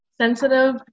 sensitive